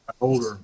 older